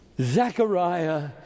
Zechariah